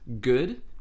good